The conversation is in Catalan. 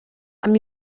amb